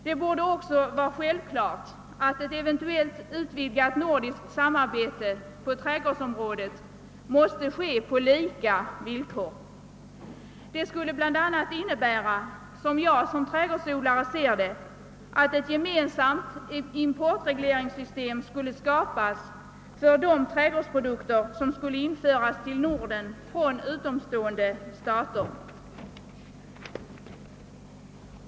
Det borde också vara självklart att ett eventuellt vidgat nordiskt samarbete på trädgårdsområdet måste ske på lika villkor. Det skulle bl.a. innebära, som jag såsom trädgårdsodlare ser det; att ett gemensamt importregleringssystem skulle skapas för de trädgårdsprodukter som skulle införas i Norden från utomstående stater.